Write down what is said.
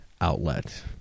outlet